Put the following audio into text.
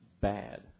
bad